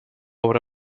obra